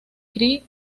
cry